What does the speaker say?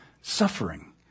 suffering